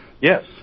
Yes